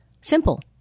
Simple